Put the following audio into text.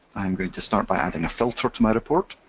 i'm going to start by adding a filter to my report.